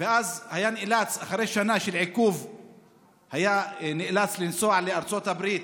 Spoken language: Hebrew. ואז אחרי שנה של עיכוב נאלץ לנסוע לארצות הברית